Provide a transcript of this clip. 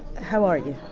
how are you?